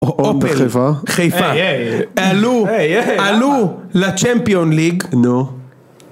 אופל, חיפה, הי הי עלו, עלו ל champion league. נו.